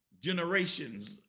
generations